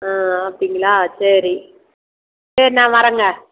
ஆ அப்படிங்களா சரி சரி நான் வரேங்க